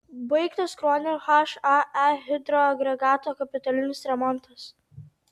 baigtas kruonio hae hidroagregato kapitalinis remontas